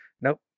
Nope